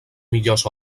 millors